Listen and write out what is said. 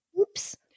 Oops